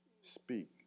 Speak